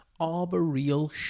arboreal